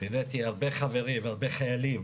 פיניתי הרבה חברים, הרבה חיילים